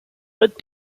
but